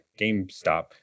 GameStop